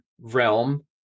realm